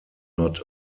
not